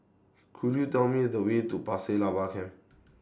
Could YOU Tell Me The Way to Pasir Laba Camp